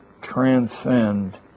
transcend